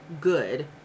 good